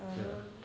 oh